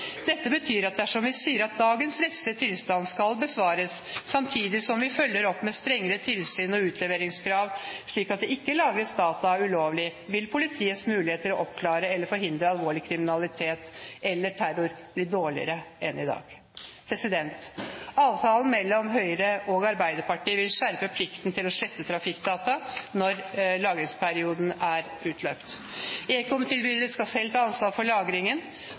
Dette betyr at dersom vi sier at dagens rettslige tilstand skal bevares, samtidig som vi følger opp med strengere tilsyn og utleveringskrav slik at det ikke lagres data ulovlig, vil politiets muligheter til å oppklare eller forhindre alvorlig kriminalitet eller terror bli dårligere enn i dag. Avtalen mellom Høyre og Arbeiderpartiet vil skjerpe plikten til å slette trafikkdata når lagringsperioden er utløpt. Ekomtilbyderne skal selv ha ansvar for lagringen,